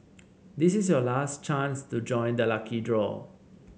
this is your last chance to join the lucky draw